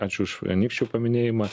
ačiū už anykščių paminėjimą